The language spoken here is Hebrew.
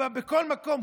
בכל מקום,